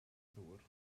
ddŵr